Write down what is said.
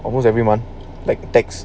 almost every month like text